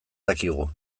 dakigu